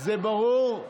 זה ברור?